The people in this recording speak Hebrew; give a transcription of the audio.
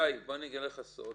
ישי, בוא אני אגלה לך סוד.